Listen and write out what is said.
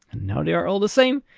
and now they are all the same,